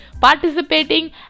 participating